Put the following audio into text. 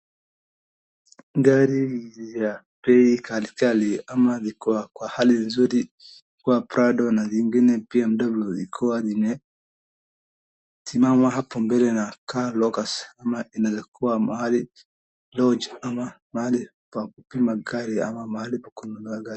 Gari ya bei kali kali ama ziko kwa hali nzuri kuwa prado na zingine bmw,ikiwa imesimama hapo mbele ikiwa na car logo ama inaeza kuwa mahali lounge ama mahali pakupima gari ama mahali pakununua magari.